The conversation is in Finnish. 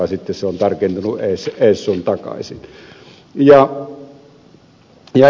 sitten se on tarkentunut ees sun takaisin